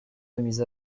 remis